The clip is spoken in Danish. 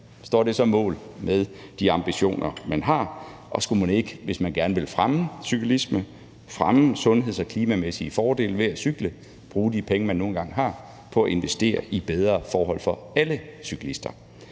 så står mål med de ambitioner, man har. Skulle man ikke, hvis man gerne vil fremme cyklisme, fremme sundheds- og klimamæssige fordele ved at cykle, bruge de penge, man nu engang har, på at investere i bedre forhold for alle cyklister.